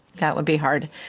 that would be hard,